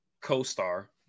co-star